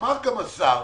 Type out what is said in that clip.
השר